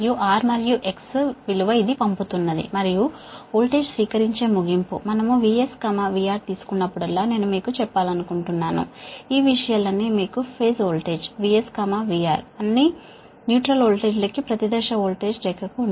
R మరియు X విలువ ఇది పంపుతున్నది మరియు స్వీకరించే ఎండ్ వోల్టేజ్ మనం VS VR తీసుకున్నప్పుడల్లా నేను మీకు చెప్పాలనుకుంటున్నాను ఈ విషయాలన్నీ మీకు ఫేజ్ వోల్టేజ్ VS VR అన్నీ స్థిరమైన వోల్టేజ్లకు ప్రతి ఫేజ్ వోల్టేజ్ లైన్ కు